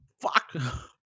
fuck